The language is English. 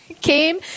came